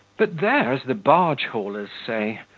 but there, as the barge-haulers say,